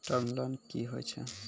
Term loan कि होय छै?